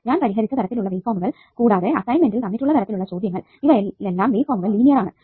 ഞാൻ പരിഹരിച്ച തരത്തിലുള്ള വേവ്ഫോമുകൾ കൂടാതെ അസൈൻമെന്റിൽ തന്നിട്ടുള്ള തരത്തിലുള്ള ചോദ്യങ്ങൾ ഇവയിലെല്ലാം വേവ്ഫോമുകൾ ലീനിയർ ആണ്